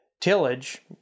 tillage